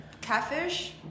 catfish